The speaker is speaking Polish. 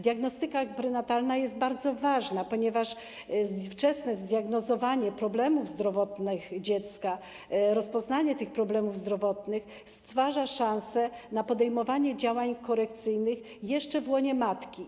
Diagnostyka prenatalna jest bardzo ważna, ponieważ wczesne zdiagnozowanie problemów zdrowotnych dziecka, rozpoznanie tych problemów zdrowotnych stwarza szansę na podejmowanie działań korekcyjnych jeszcze w łonie matki.